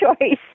choice